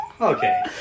okay